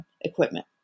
equipment